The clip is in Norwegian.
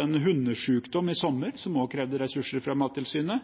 en hundesykdom i sommer, som også krevde ressurser fra Mattilsynet.